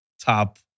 top